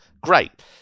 great